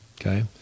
okay